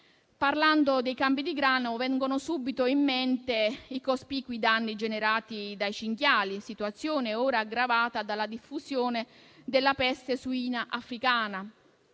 Parlando dei campi di grano, vengono subito in mente i cospicui danni generati dai cinghiali, situazione ora aggravata dalla diffusione della peste suina africana.